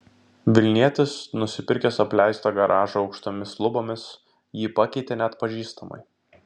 vilnietis nusipirkęs apleistą garažą aukštomis lubomis jį pakeitė neatpažįstamai